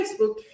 Facebook